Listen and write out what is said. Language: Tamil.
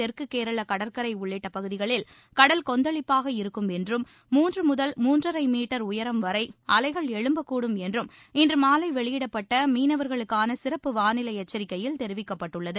தெற்குகேரளகடற்கரைஉள்ளிட்டபகுதிகளில் கடல் கொந்தளிப்பாக இருக்கும் என்றும் மூன்றுமுதல் மூன்றரைமீட்டர் உயரம் வரைஅலைகள் எழும்பக்கூடும் என்றும் இன்றமாலைவெளியிடப்பட்டமீனவர்களுக்கானசிறப்பு வானிலைஎச்சரிக்கையில் தெரிவிக்கப்பட்டுள்ளது